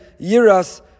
Yiras